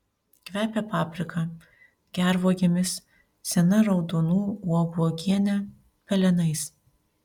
kvepia paprika gervuogėmis sena raudonų uogų uogiene pelenais